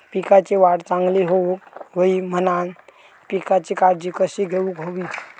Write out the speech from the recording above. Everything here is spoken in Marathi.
पिकाची वाढ चांगली होऊक होई म्हणान पिकाची काळजी कशी घेऊक होई?